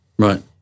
Right